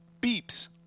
beeps